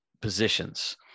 positions